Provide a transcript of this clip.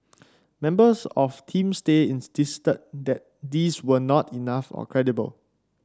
members of Team Stay insisted that these were not enough or credible